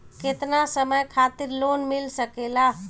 केतना समय खातिर लोन मिल सकेला?